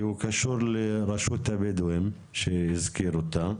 כי הוא קשור לרשות הבדואים שהזכיר אותה,